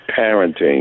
parenting